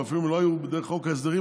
אפילו הן לא היו דרך חוק ההסדרים,